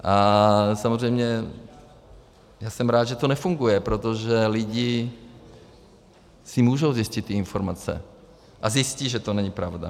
A samozřejmě jsem rád, že to nefunguje, protože lidi si můžou zjistit ty informace a zjistí, že to není pravda.